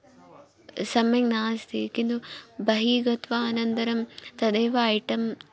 सम्यक् नास्ति किन्तु बहिः गत्वा अनन्तरं तदेव ऐटं